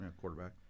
quarterback